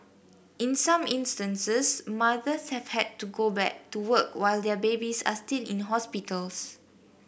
in some instances mothers have had to go back to work while their babies are still in hospitals